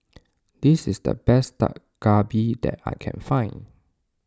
this is the best Dak Galbi that I can find